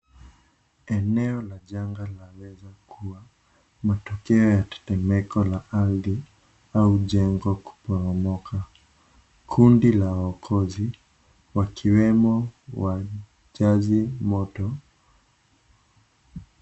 Eneo la janga laweza kua matokeo ya tetemeko la ardhi au jengo kuporomoka. Kundi la wokozi wakiwemo wa zima moto.